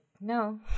no